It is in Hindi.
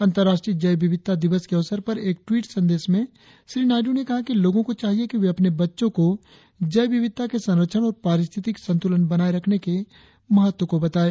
अंतर्राष्ट्रीय जैव विविधता दिवस के अवसर पर एक टवीट संदेश में नायडू ने कहा कि लोगों को चाहिए कि वे अपने बच्चों को जैव विविधता के संरक्षण और पारिस्थितिक संतुलन बनाए रखने के महत्व को बताएं